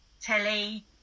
telly